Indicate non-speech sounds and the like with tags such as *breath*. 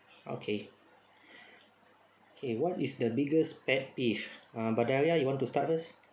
okay *breath* okay what is the biggest pet peeve uh bahdaria you want to start first